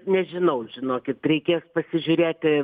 nežinau žinokit reikės pasižiūrėti